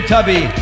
Tubby